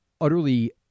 utterly